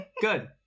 Good